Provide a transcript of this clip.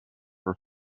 for